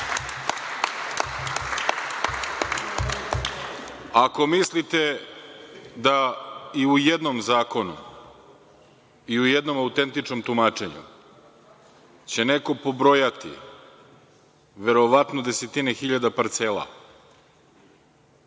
mislite da i u jednom zakonu i u jednom autentičnom tumačenju će neko pobrojati verovatno desetine hiljada parcela